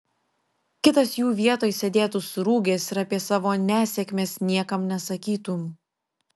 kitas jų vietoj sėdėtų surūgęs ir apie savo nesėkmes niekam nesakytų